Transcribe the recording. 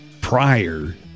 prior